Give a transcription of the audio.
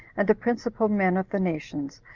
and the principal men of the nations,